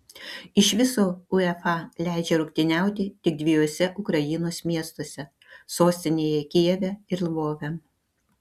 iš viso uefa leidžia rungtyniauti tik dviejuose ukrainos miestuose sostinėje kijeve ir lvove